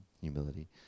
humility